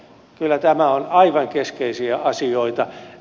kyllä tämä on aivan keskeisiä asioita